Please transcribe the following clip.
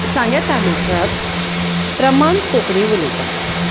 सांग्यां तालुक्यांत प्रमाण कोंकणी उलयतात